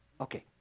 Okay